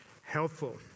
helpful